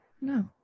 No